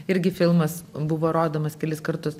irgi filmas buvo rodomas kelis kartus